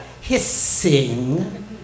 hissing